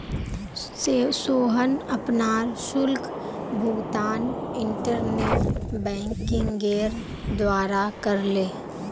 सोहन अपनार शुल्क भुगतान इंटरनेट बैंकिंगेर द्वारा करले